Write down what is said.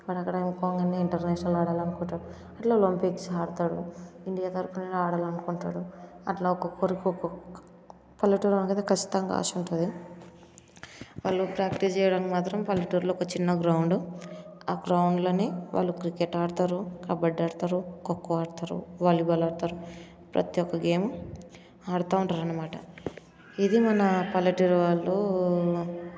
అక్కడ అక్కడ పోగానే ఇంటర్నేషనల్ ఆడాలనుకుంటారు ఇట్లా ఒలంపిక్స్ ఆడుతాడు ఇండియా తరఫున ఆడాలి అనుకుంటాడు అట్లా ఒక్కొక్కరికి ఒక్కొక్క పల్లెటూరులో ఉంటే ఖచ్చితంగా ఆశ ఉంటుంది వాళ్ళు ప్రాక్టీస్ చేయడానికి మాత్రం పల్లెటూరులో చిన్న గ్రౌండ్ ఆ గ్రౌండ్లోనే వాళ్ళు క్రికెట్ ఆడతారు కబడ్డీ ఆడుతారు ఖోఖో ఆడుతారు వాలీబాల్ ఆడుతారు ప్రతి ఒక గేమ్ ఆడుతూ ఉంటారు అనమాట ఇది మన పల్లెటూరి వాళ్ళు